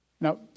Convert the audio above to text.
Now